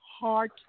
heart